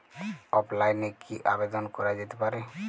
অফলাইনে কি আবেদন করা যেতে পারে?